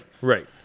right